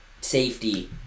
Safety